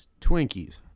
twinkies